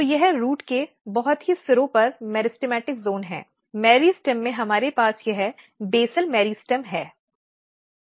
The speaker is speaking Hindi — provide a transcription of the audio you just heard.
तो यह रूट के बहुत ही सिरों पर मेरिस्टेमेटिक ज़ोन है मेरिस्टेम में हमारे पास यह बेसल मेरिस्टेम है